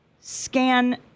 scan